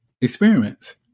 experiments